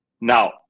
Now